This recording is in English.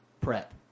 prep